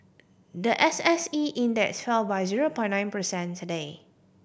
the S S E Index fell by zero point nine percent today